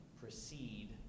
proceed